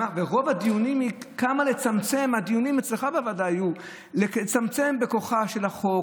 רוב הדיונים אצלך בוועדה היו לצמצם את כוחו של החוק,